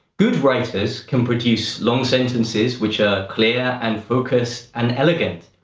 good writers can produce long sentences which are clear, and focused, and elegant.